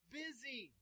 busy